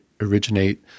originate